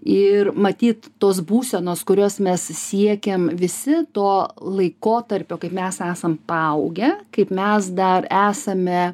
ir matyt tos būsenos kurios mes siekiam visi to laikotarpio kaip mes esam paaugę kaip mes dar esame